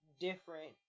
different